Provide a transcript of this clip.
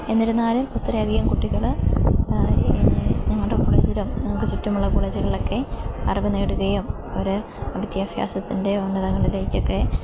എന്നിരുന്നാലും ഇത്രയധികം കുട്ടികൾ ഞങ്ങളുടെ കോളേജിലും ഞങ്ങൾക്ക് ചുറ്റുമുള്ള കോളേജുകളിലൊക്കെ അറിവ് നേടുകയും ഒരു വിദ്യാഭ്യാസത്തിൻ്റെ ഉന്നതങ്ങളിലേക്കൊക്കെ